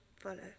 follow